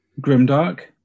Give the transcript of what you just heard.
Grimdark